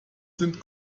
sind